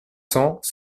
cents